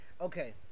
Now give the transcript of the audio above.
Okay